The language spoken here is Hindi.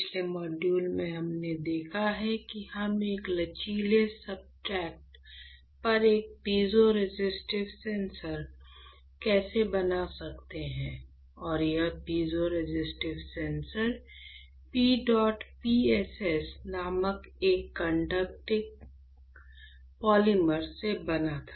पिछले मॉडल में हमने देखा है कि हम एक लचीले सब्सट्रेट पर एक पीज़ोरेसिस्टिव सेंसर कैसे बना सकते हैं और यह पीज़ोरेसिस्टिव सेंसर PEDOT PSS नामक एक कंडक्टिंग पॉलीमर से बना था